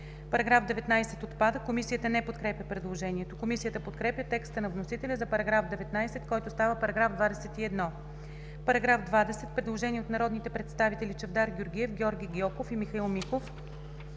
„§ 19 отпада“. Комисията не подкрепя предложението. Комисията подкрепя текста на вносителя за § 19, който става § 21. Параграф 20 – предложение от народните представители Чавдар Георгиев, Георги Гьоков и Михаил Миков: